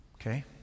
Okay